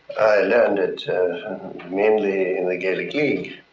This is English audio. learned it mainly in the gaelic league.